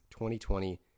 2020